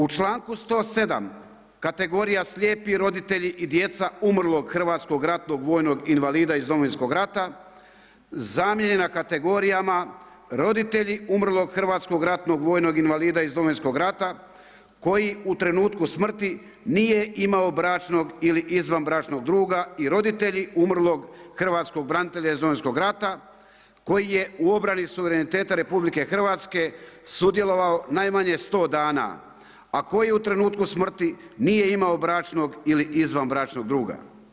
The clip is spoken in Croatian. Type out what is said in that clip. U članku 107. kategorija slijepi roditelji i djeca umrlog hrvatskog ratnog vojnog invalida iz domovinskog rata zamijenjena kategorijama roditelji umrlog hrvatskog ratnog vojnog invalida iz domovinskog rata koji u trenutku smrti nije imao bračnog ili izvanbračnog druga i roditelji umrlog hrvatskog branitelja iz domovinskog rata koji je u obrani suvereniteta RH sudjelovao najmanje 100 dana a koji u trenutku smrti nije imao bračnog ili izvanbračnog druga.